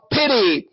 pity